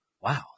Wow